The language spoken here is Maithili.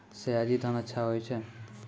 सयाजी धान अच्छा होय छै?